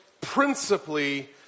principally